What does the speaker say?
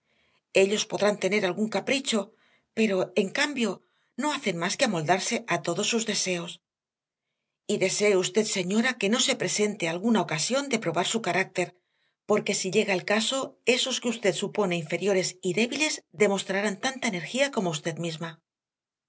ellos podrán tener algún capricho pero en cambio no hacen más que amoldarse a todos sus deseos y desee usted señora que no se presente alguna ocasión de probar su carácter porque si llega ese caso esos que usted supone inferiores y débiles demostrarán tanta energía como usted misma